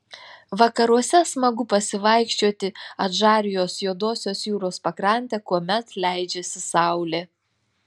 vakaruose smagu pasivaikščioti adžarijos juodosios jūros pakrante kuomet leidžiasi saulė